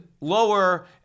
lower